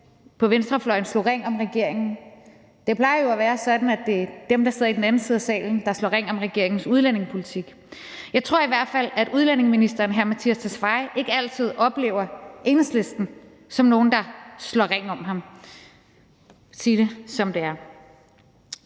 på venstrefløjen slog ring om regeringen. Det plejer jo at være sådan, at det er dem, der sidder i den anden side af salen, som slår ring om regeringens udlændingepolitik. Jeg tror i hvert fald, at udlændinge- og integrationsministeren ikke altid oplever Enhedslisten som nogle, der slår ring om ham – for at sige det, som det er.